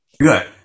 Good